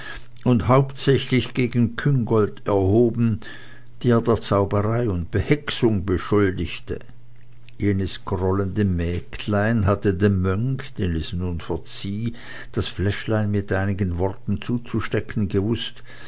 und hauptsächlich gegen küngolt erhoben die er der zauberei und behexung beschuldigte jenes grollende mägdlein hatte dem mönch dem es nun verzieh das fläschlein mit einigen worten zuzustecken gewußt